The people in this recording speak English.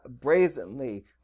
brazenly